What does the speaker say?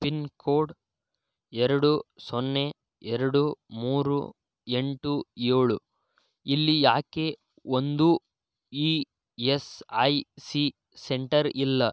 pin code ಎರಡು ಸೊನ್ನೆ ಎರಡು ಮೂರು ಎಂಟು ಏಳು ಇಲ್ಲಿ ಯಾಕೆ ಒಂದೂ E S I C centre ಇಲ್ಲ